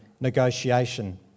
negotiation